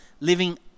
living